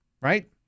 Right